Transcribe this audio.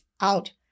out